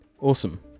Awesome